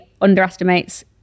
underestimates